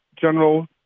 general